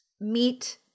meet